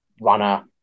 runner